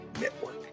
Network